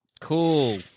Cool